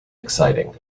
exciting